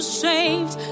saved